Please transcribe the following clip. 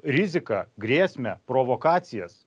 riziką grėsmę provokacijas